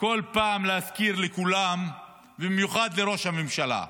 כל פעם להזכיר לכולם, ובמיוחד לראש הממשלה,